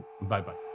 Bye-bye